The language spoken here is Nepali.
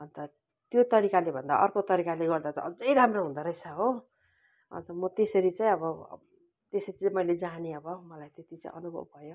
अन्त त्यो तरिकाले भन्दा अर्को तरिकाले गर्दा त अझै राम्रो हुँदोरहेछ हो अन्त म त्यसरी चाहिँ अब त्यसरी चाहिँ मैले जानेँ अब मलाई त्यति चाहिँ अनुभव भयो